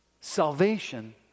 salvation